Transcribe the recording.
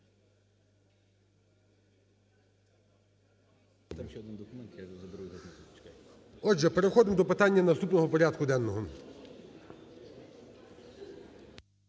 переходимо до питання наступного порядку денного.